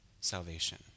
salvation